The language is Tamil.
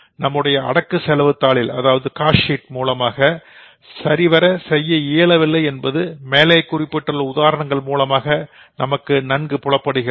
நம்முடைய காஸ்ட் ஷீட் மூலமாக சரிவர செய்ய இயலவில்லை என்பது மேலே குறிப்பிட்டுள்ள உதாரணங்கள் மூலமாக நமக்கு புலப்படுகிறது